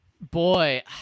Boy